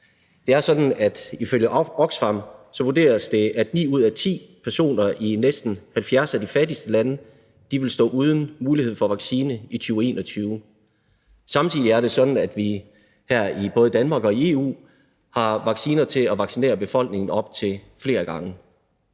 Det er sådan, at det ifølge Oxfam vurderes, at ni ud af ti personer i næsten 70 af de fattigste lande vil stå uden mulighed for vaccine i 2021. Samtidig er det også sådan, at vi her i både Danmark og EU har vacciner til at kunne vaccinere befolkningen op til flere gange.